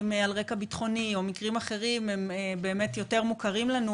על רקע ביטחוני או מקרים אחרים הם באמת יותר מוכרים לנו,